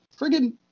friggin